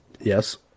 Yes